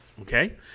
Okay